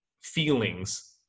feelings